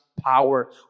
power